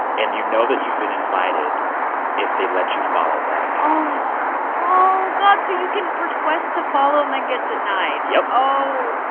and you know that you've been invited if they let you follow that account oh, god. so you can request to follow and then get denied yep oh,